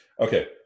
Okay